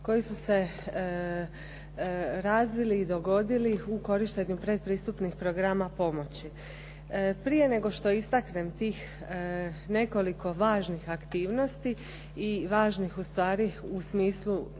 koji su se razvili i dogodili u korištenju pretpristupnih programa pomoći. Prije nego što istaknem tih nekoliko važnih aktivnosti i važnih ustvari u smislu